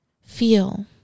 feel